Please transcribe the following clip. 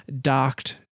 docked